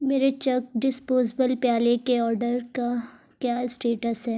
میرے چک ڈسپوزیبل پیالے کے آرڈر کا کیا اسٹیٹس ہے